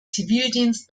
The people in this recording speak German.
zivildienst